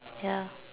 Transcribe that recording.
ya